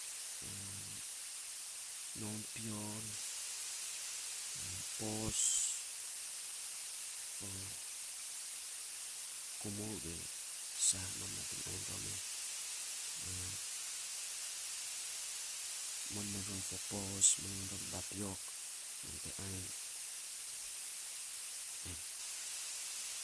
nounpion pos fo kumu ge sa mam nating aing rom ya monmon rom pos monmon rom tapiok mam te ainy an.